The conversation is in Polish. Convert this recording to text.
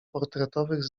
portretowych